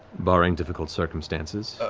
barring difficult circumstances.